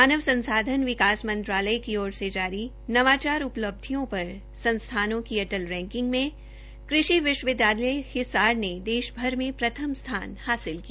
मानव संसाधन विकास मंत्रालय की ओर से जारी नवाचार उपलब्धियों पर संस्थानों की अटल रैकिंग में कृषि विश्वविद्यालय हिसार ने देशभर में प्रथम स्थान हासिल किया